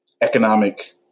economic